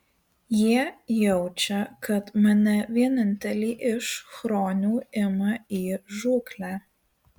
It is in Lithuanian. jie jaučia kad mane vienintelį iš chronių ima į žūklę